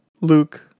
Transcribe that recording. Luke